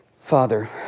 Father